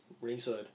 ringside